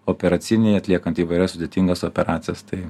operacinėje atliekant įvairias sudėtingas operacijas tai